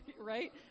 Right